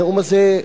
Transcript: הנאום הזה,